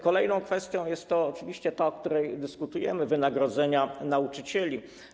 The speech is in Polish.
Kolejną kwestią jest oczywiście ta, o której dyskutujemy - wynagrodzenia nauczycieli.